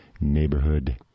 neighborhood